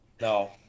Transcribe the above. No